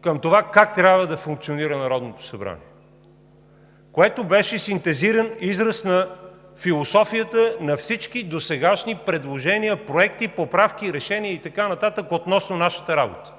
към това как трябва да функционира Народното събрание, което беше синтезиран израз на философията на всички досегашни предложения, проекти, поправки, решения и така нататък относно нашата работа